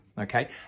okay